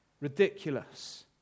ridiculous